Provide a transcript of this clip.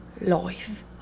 life